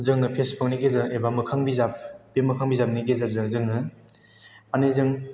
जोङो फेसबुक नि गेजेरजों एबा मोखां बिजाब बे मोखां बिजाबनि गेजेरजों जोङो माने जों